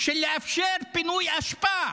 שיאפשר פינוי אשפה.